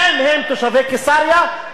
האם הם תושבי קיסריה?